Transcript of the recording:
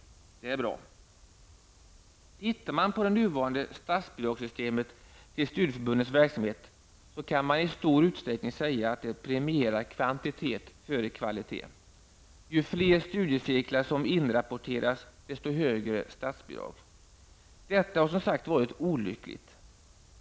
Det är bra. Ser man på det nuvarande statsbidragssystemet till studieförbundens verksamhet, kan man i stor utsträckning finna att det premierar kvantitet före kvalitet. Ju fler studiecirklar som inrapporteras, desto högre statsbidrag. Detta har som sagt varit olyckligt.